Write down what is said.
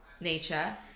nature